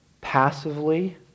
passively